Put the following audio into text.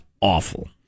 awful